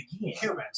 humans